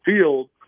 field